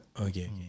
okay